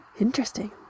Interesting